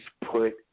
put